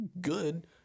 good